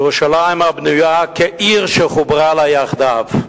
ירושלים הבנויה כעיר שחוברה לה יחדיו.